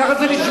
כך זה נשמע.